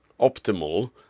optimal